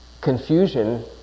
confusion